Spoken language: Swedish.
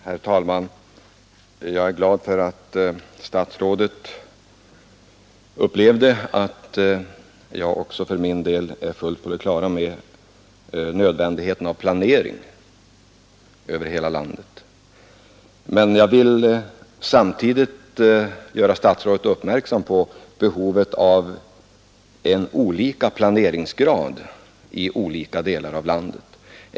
Herr talman! Jag är glad för att statsrådet upplevde det så, att även jag är fullt på det klara med nödvändigheten av planering över hela landet. Men jag vill samtidigt göra statsrådet uppmärksam på att behovet när det gäller planeringsgraden är olika i olika delar av landet.